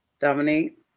Dominique